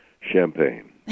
Champagne